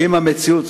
לצערי,